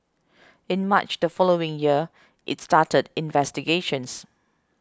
in March the following year it started investigations